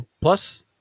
Plus